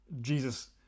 Jesus